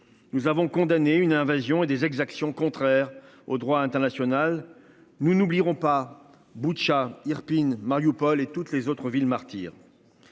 Nous avons condamné une invasion et des exactions contraires au droit international. Nous n'oublierons pas. Boutcha, Irpin, Marioupol et toutes les autres villes martyres.